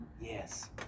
Yes